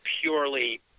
purely